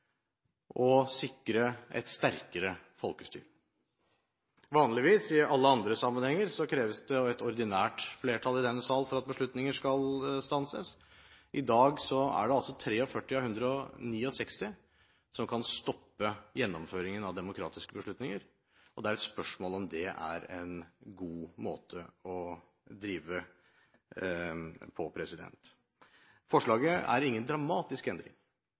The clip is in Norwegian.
og sikre et sterkere folkestyre. Vanligvis kreves det i alle andre sammenhenger et ordinært flertall i denne sal for at beslutninger skal stanses. I dag er det altså 43 av 169 som kan stoppe gjennomføringen av demokratiske beslutninger, og det er spørsmål om det er en god måte å drive på. Forslaget utgjør ingen dramatisk endring,